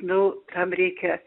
nu tam reikia